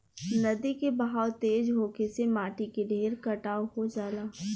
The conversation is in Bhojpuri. नदी के बहाव तेज होखे से माटी के ढेर कटाव हो जाला